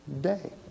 day